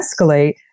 escalate